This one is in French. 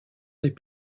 des